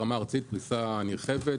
ברמה ארצית פריסה נרחבת.